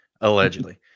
Allegedly